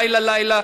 לילה-לילה,